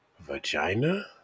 Vagina